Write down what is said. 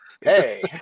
hey